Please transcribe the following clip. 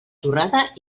torrada